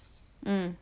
mm